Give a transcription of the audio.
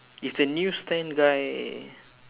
is the news stand guy